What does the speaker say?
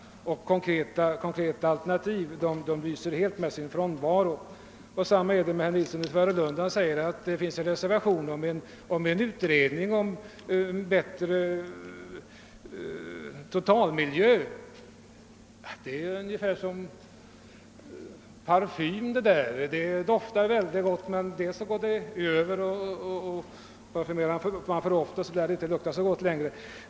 Och de konkreta alternativen lyser helt med sin frånvaro. Herr Nilsson i Tvärålund säger att det finns en reservation för en utredning angående en bättre total miljö. Detta är ungefär som parfym; den kan dofta väldigt gott, men parfymerar man för mycket och för ofta doftar det inte så gott längre.